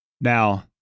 Now